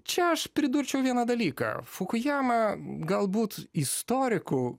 čia aš pridurčiau vieną dalyką fukujamą galbūt istorikų